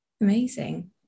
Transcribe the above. Amazing